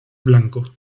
blanco